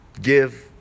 give